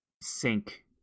sink